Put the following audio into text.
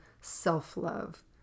self-love